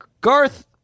Garth